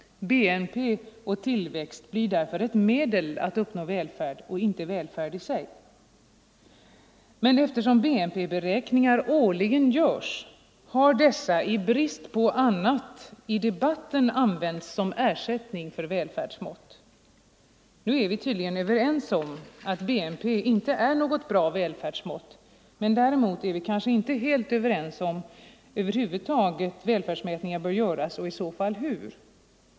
BNP och tillväxt blir därför ett medel att uppnå välfärd och inte välfärd i sig. Men eftersom BNP-beräkningar årligen görs har dessa i brist på annat i debatten använts som ersättning för välfärdsmått. Nu är vi tydligen överens om att BNP inte är något bra välfärdsmått, men däremot är vi kanske inte helt överens om huruvida välfärdsmätningar över huvud taget bör göras, och i så fall hur.